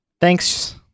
Thanks